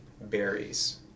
berries